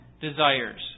desires